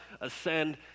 ascend